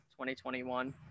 2021